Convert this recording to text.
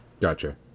Gotcha